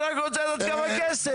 אני רק רוצה לדעת כמה כסף.